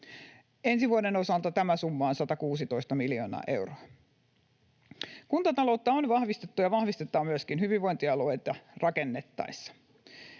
Ensi vuoden osalta tämä summa on 116 miljoonaa euroa. Kuntataloutta on vahvistettu ja vahvistetaan myöskin hyvinvointialueita rakennettaessa